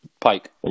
Pike